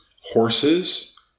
Horses